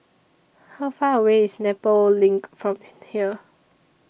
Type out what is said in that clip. How Far away IS Nepal LINK from here